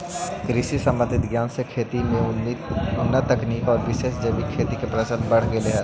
कृषि संबंधित ज्ञान से खेती में उन्नत तकनीक एवं विशेष जैविक खेती का प्रचलन बढ़ गेलई हे